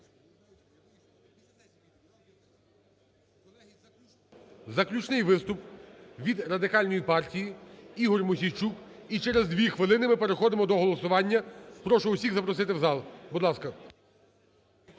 Заключний виступ від Радикальної партії Ігор Мосійчук. І через 2 хвилини ми переходимо до голосування. Прошу всіх запросити в зал. Будь ласка.